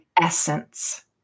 essence